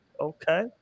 okay